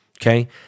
okay